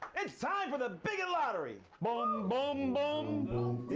it's time for the bigot lottery. um but um but um